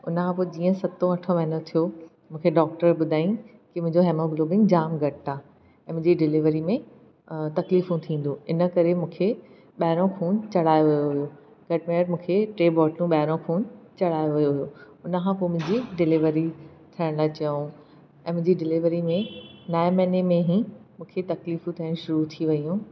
उनखां पोइ जीअं सतो अठो महीनो थियो मूंखे डॉक्टर ॿुधाई की मुंहिंजो हेमोग्लोबिन जाम घटि आहे ऐं मुंहिंजी डिलीवरी में तकलीफ़ूं थींदियूं आहिनि करे मूंखे ॿाहिरों खून चढ़ायो वियो हुयो घट में घटि मूंखे टे बोटलू ॿाहिरो खून चढ़ायो हुइयू हुयो हुन खां मुंहिंजी डिलीवरी थियण लाइ चयूं ऐं मुंहिंजी डिलीवरी में न आहे महीने में ई मूंखे तकलीफ़ थियण शुरू थी वियूं